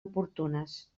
oportunes